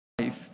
life